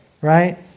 right